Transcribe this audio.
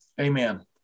Amen